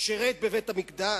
שירת בבית-המקדש.